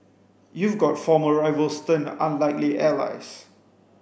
you've got former rivals turned unlikely allies